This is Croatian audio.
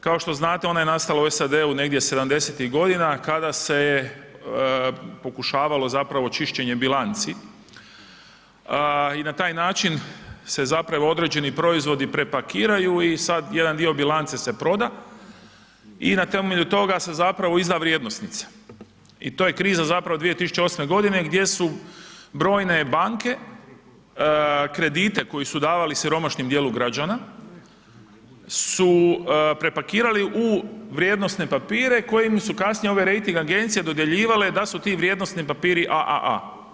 Kao što znate, ona je nastala u SAD-u negdje 70-ih godina kada se je pokušavalo zapravo čišćenje bilanci i na taj način se zapravo određeni proizvodi prepakiraju i sad jedan dio bilance se proda i na temelju toga se zapravo izda vrijednosnica i to je kriza zapravo 2008. g. gdje su brojne banke kredite koje su davale siromašnom djelu građana su prepakirali u vrijednosne papire kojim su kasnije ove rejting agencije dodjeljivale da su ti vrijednosni papiri AAA.